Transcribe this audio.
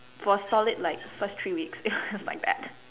for solid like first three weeks like that